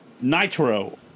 Nitro